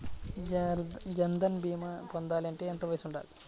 జన్ధన్ భీమా పొందాలి అంటే ఎంత వయసు ఉండాలి?